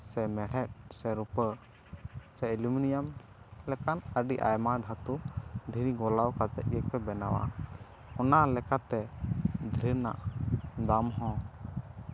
ᱥᱳᱱᱟ ᱥᱮ ᱢᱮᱲᱦᱮᱫ ᱥᱮ ᱨᱩᱯᱟᱹ ᱥᱮ ᱮᱞᱩᱢᱤᱱᱤᱭᱟᱢ ᱞᱮᱠᱟᱱ ᱟᱹᱰᱤ ᱟᱭᱢᱟ ᱫᱷᱟᱹᱛᱩ ᱫᱷᱤᱨᱤ ᱜᱚᱞᱟᱣ ᱠᱟᱛᱮᱜ ᱜᱮᱠᱚ ᱵᱮᱱᱟᱣᱟ ᱚᱱᱟ ᱞᱮᱠᱟᱛᱮ ᱫᱷᱤᱨᱤ ᱨᱮᱱᱟᱜ ᱫᱟᱢ ᱦᱚᱸ